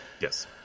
Yes